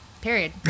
Period